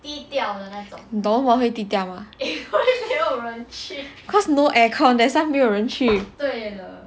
你懂为什么会低调 mah cause no air con that's why 没有人去